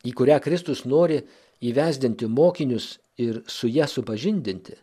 į kurią kristus nori įvesdinti mokinius ir su ja supažindinti